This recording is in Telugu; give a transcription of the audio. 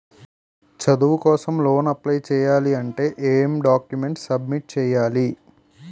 చదువు కోసం లోన్ అప్లయ్ చేయాలి అంటే ఎం డాక్యుమెంట్స్ సబ్మిట్ చేయాలి?